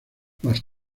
más